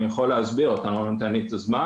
אני יכול להסביר, אבל אתה לא נותן לי את הזמן.